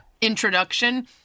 introduction